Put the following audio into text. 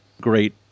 great